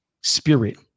spirit